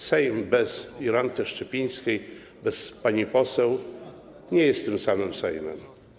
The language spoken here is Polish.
Sejm bez Jolanty Szczypińskiej, bez pani poseł nie jest tym samym Sejmem.